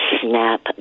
SNAP